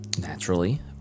naturally